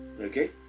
Okay